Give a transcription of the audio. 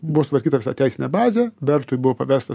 buvo sutvarkyta visa teisinė bazė bertui buvo pavesta